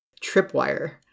tripwire